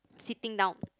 sitting down